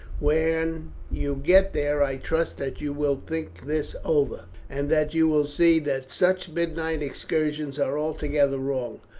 when you get there i trust that you will think this over, and that you will see that such midnight excursions are altogether wrong,